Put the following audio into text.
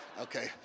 okay